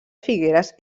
figueres